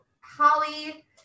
Holly